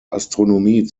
astronomie